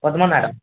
Swapna madam